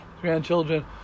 grandchildren